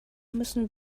müssen